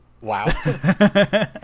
wow